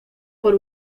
por